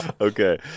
Okay